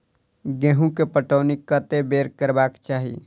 गेंहूँ केँ पटौनी कत्ते बेर करबाक चाहि?